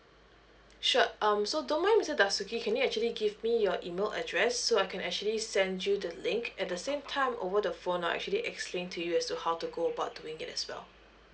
sure um so don't mind mister dasuki can you actually give me your email address so I can actually send you the link at the same time over the phone I'll actually explain to you as to how to go about doing it as well